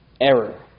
error